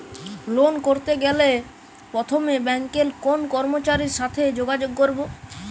Loan করতে গেলে প্রথমে ব্যাঙ্কের কোন কর্মচারীর সাথে যোগাযোগ করব?